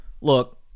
Look